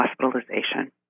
hospitalization